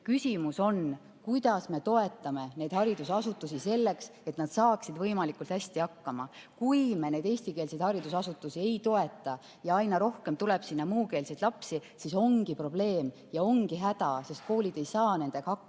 Küsimus on, kuidas me toetame neid haridusasutusi, selleks et nad saaksid võimalikult hästi hakkama. Kui me neid eestikeelseid haridusasutusi ei toeta ja aina rohkem tuleb sinna muukeelseid lapsi, siis ongi probleem ja häda, sest koolid ei saa nendega hakkama.